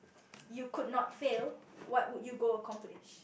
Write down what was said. you could not fail what would you go accomplish